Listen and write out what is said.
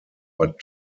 but